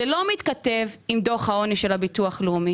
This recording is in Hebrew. רק זה לא מתכתב עם דוח העוני של הביטוח הלאומי.